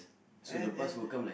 and and